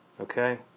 okay